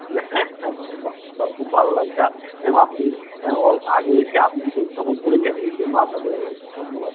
হ্যাঁ হ্যাঁ বাহ বাহ খুব ভালো লাগছে ম্যাম আপনি আগে এসে আপনি যে উত্থাপন করেছেন এইজন্য আপনাকে অবশ্য ধন্যবাদ